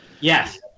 Yes